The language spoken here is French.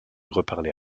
reparler